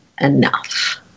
enough